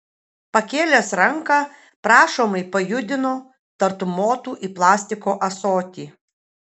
pakėlęs ranką prašomai pajudino tartum motų į plastiko ąsotį